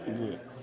हे लिअ